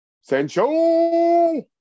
Sancho